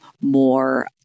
more